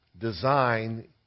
design